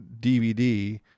DVD